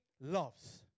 loves